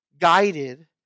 guided